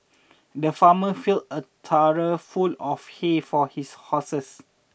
the farmer filled a trough full of hay for his horses